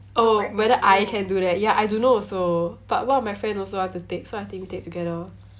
oh whether I can do that ya I don't know also but one of my friends also want to take so I think we take together